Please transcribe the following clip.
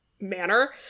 Manner